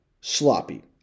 sloppy